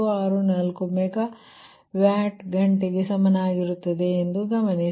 164 megawatt ಗಂಟೆಗೆ ಸಮಾನವಾಗಿರುತ್ತದೆ ಎಂಬುದನ್ನು ಗಮನಿಸಿ